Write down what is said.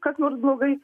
kas nors blogai